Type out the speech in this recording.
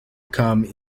come